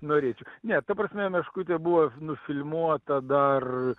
norėčiau ne ta prasme meškutė buvo nufilmuota dar